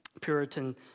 Puritan